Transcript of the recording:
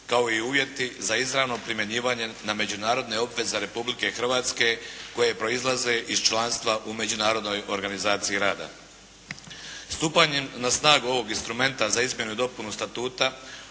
kao i uvjeti za izravno primjenjivanje na međunarodne obveze Republike Hrvatske koje proizlaze iz članstva u Međunarodnoj organizaciji rada. Stupanjem na snagu ovog instrumenta za izmjenu i dopunu statuta